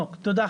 תודה,